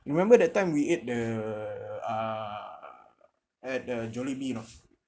you remember that time we ate the uh at the jollibee not